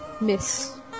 miss